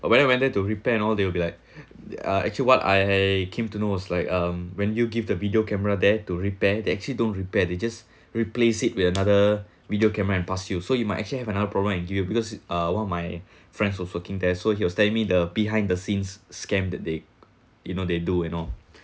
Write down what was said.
when I went there to repair and all they will be like uh actually what I came to know was like um when you give the video camera they to repair they actually don't repair they just replace it with another video camera and pass you so it might actually have another problem and give you because uh one of my friends was working there so he was telling me the behind the scenes scam that they you know they do and all